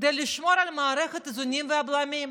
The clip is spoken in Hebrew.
כדי לשמור על מערכת האיזונים והבלמים.